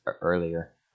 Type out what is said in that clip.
earlier